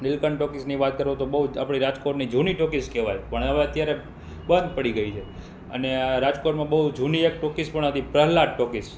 નીલકંઠ ટોકીઝની વાત કરો તો બહુ આપણે રાજકોટની જૂની ટોકીઝ કહેવાય પણ હવે અત્યારે બંધ પડી ગઈ છે અને આ રાજકોટમાં બહુ જૂની એક ટોકીઝ પણ હતી પ્રહલાદ ટોકીઝ